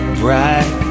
bright